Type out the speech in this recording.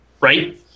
Right